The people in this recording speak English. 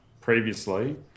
previously